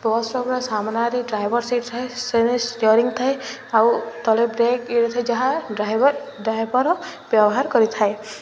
ବସ୍ର ସାମ୍ନାରେ driver seat ଥାଏ ଷ୍ଟିଅରିଙ୍ଗ୍ ଥାଏ ଆଉ ତଳେ ବ୍ରେକ୍ ଯାହା ଡ୍ରାଇଭର ଡ୍ରାଇଭର ବ୍ୟବହାର କରିଥାଏ